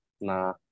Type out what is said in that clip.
nah